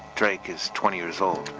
drake is twenty years old.